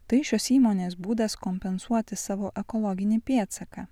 tai šios įmonės būdas kompensuoti savo ekologinį pėdsaką